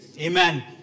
Amen